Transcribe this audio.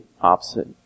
opposite